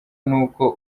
n’uko